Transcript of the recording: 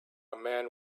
man